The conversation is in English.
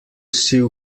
sew